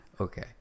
Okay